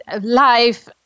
Life